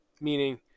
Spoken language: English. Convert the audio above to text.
meaning